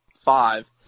five